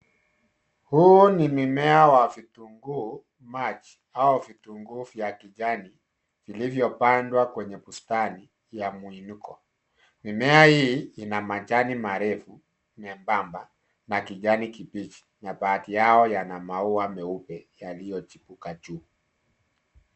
Huu ni mimea wa vitunguu maji au vitunguu vya kijani vilivyopandwa kwenye bustani ya muinuko. Mimea hii ina majani marefu membamba na kijani kibichi na baadhi yao yana maua meupe yaliyochipuka juu.